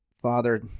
father